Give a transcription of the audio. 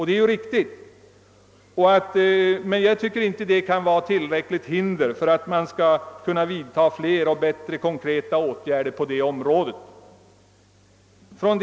Detta är riktigt, men jag tycker inte att det är ett tillräckligt hinder för att vidta fler och mera konkreta åtgärder på detta område.